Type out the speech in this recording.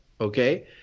Okay